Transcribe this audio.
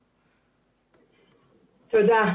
תודה.